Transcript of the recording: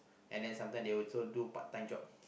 and then sometimes they also do part-time job